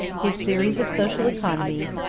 his theories of social economy,